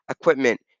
equipment